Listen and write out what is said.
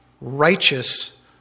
righteous